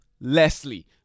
Leslie